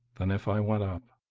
than if i went up,